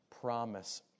promise